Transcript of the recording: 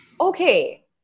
Okay